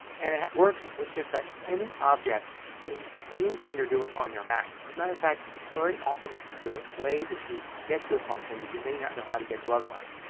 and it works with just about any object in anything you're doing on your mac. as a matter of fact it's very often the way that you get to a function that you may not know how to get to otherwise.